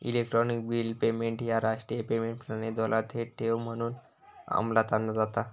electronic bill payment ह्या राष्ट्रीय payment प्रणालीद्वारा थेट ठेव म्हणून अंमलात आणला जाता